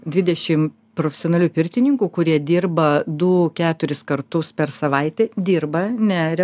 dvidešim profesionalių pirtininkų kurie dirba du keturis kartus per savaitę dirba neria